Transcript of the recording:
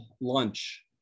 lunch